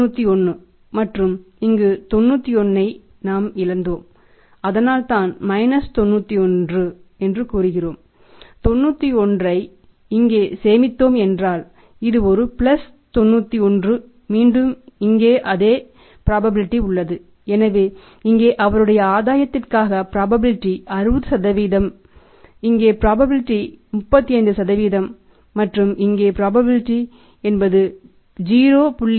மற்றும இங்கு 91 ஐ இழந்தோம் அதுதான் மைனஸ் 91 91 ஐ இங்கே சேமித்தோம் என்றால் இது ஒரு பிளஸ் 91 மீண்டும் இங்கே அதே ப்ராபபிலிடீ என்பது 0